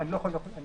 אני לא אכנס לנושאים